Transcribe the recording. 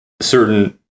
certain